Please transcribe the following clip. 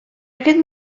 aquest